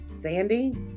Sandy